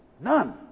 None